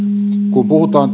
kun puhutaan